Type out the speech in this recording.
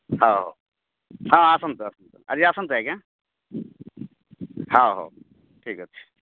ହଉ ହଁ ଆସନ୍ତୁ ଆସନ୍ତୁ ଆଜି ଆସନ୍ତୁ ଆଜ୍ଞା ହଉ ହଉ ଠିକ୍ ଅଛି